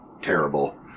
terrible